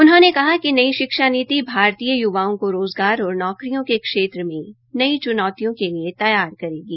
उन्होंने कहा कि नई शिक्षा नीति भारतीय य्वाओं को रोज़गार और नौकरियों के क्षेत्र में नई चुनौतियों के लिए तैयार करेगी